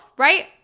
Right